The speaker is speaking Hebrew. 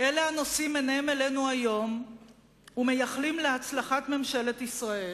אלה הנושאים עיניהם אלינו היום ומייחלים להצלחת ממשלת ישראל: